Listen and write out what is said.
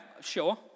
sure